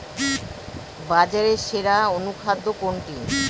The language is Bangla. বাজারে সেরা অনুখাদ্য কোনটি?